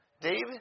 David